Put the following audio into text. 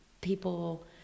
people